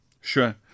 Sure